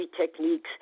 techniques